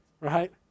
Right